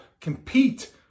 compete